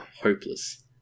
hopeless